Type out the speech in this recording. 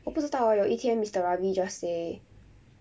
我不知道诶有一天 mister ravi just say